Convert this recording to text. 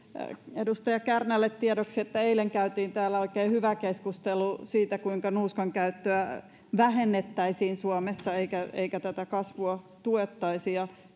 edustaja kärnälle tiedoksi että eilen käytiin täällä oikein hyvä keskustelu siitä kuinka nuuskankäyttöä vähennettäisiin suomessa eikä tätä kasvua tuettaisi ja